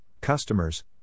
customers